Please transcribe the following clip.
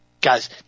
Guys